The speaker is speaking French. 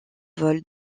vols